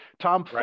Tom